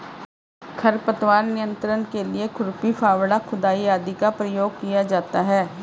खरपतवार नियंत्रण के लिए खुरपी, फावड़ा, खुदाई आदि का प्रयोग किया जाता है